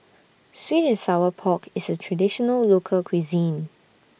Sweet and Sour Pork IS A Traditional Local Cuisine